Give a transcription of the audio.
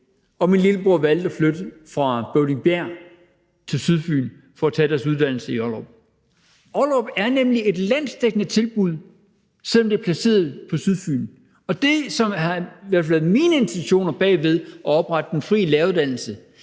og min lillebror valgte at flytte fra Bøvlingbjerg, for at de kunne tage deres uddannelse i Ollerup. Ollerup er nemlig et landsdækkende tilbud, selv om det er placeret på Sydfyn, og det, som i hvert fald er mine intentioner bag ved at oprette den frie læreruddannelse,